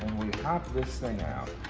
we pop this thing out.